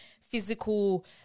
physical